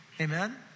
Amen